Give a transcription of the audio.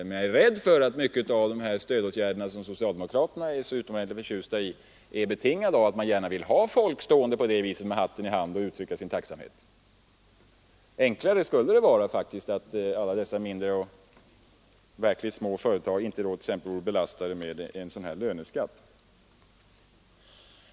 Men jag är rädd att många av de stödåtgärder som socialdemokraterna är så utomordentligt förtjusta i är betingade av att man gärna vill se folk stå med hatten i hand och uttrycka sin tacksamhet. Enklare skulle det faktiskt vara att inte belasta alla dessa mindre och verkligt små företag med löneskatt.